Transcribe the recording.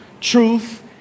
Truth